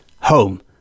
home